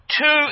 two